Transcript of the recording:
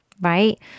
Right